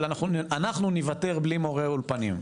אבל אנחנו ניוותר בלי מורי אולפנים.